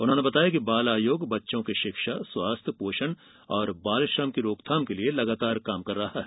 उन्होंने बताया कि बाल आयोग बच्चों के शिक्षा स्वास्थ्य पोषण और बालश्रम की रोकथाम के लिए लगातार कार्य कर रहा है